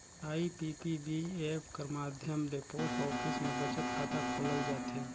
IPPB app कर माध्यम ले पोस्ट ऑफिस में बचत खाता खोलल जाथे